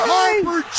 Harper